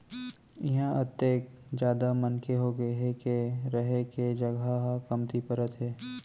इहां अतेक जादा मनखे होगे हे के रहें के जघा ह कमती परत हे